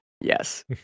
Yes